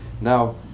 Now